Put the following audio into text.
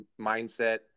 mindset